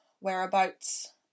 whereabouts